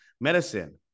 Medicine